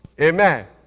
Amen